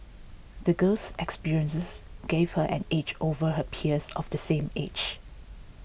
the girl's experiences gave her an edge over her peers of the same age